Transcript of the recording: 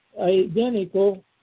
identical